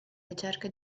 ricerca